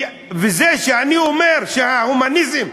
בזה שאני אומר שההומניזם,